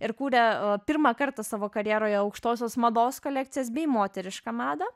ir kūrė pirmą kartą savo karjeroje aukštosios mados kolekcijas bei moterišką madą